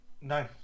No